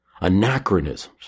anachronisms